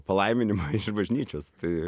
palaiminimą iš bažnyčios tai